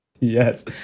Yes